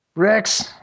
Rex